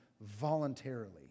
voluntarily